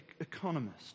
economist